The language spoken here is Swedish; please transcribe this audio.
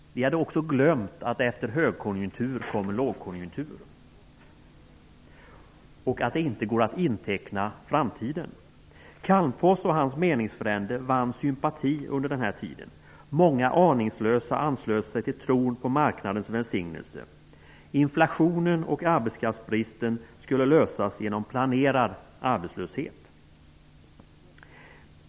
De hade också glömt att det efter högkonjunktur kommer lågkonjunktur och att det inte går att inteckna framtiden. Calmfors och hans meningsfränder vann sympati under den här tiden. Många aningslösa anslöt sig till tron på marknadens välsignelse. Inflationen och arbetskraftsbristen skulle lösas genom planerad arbetslöshet.